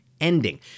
ending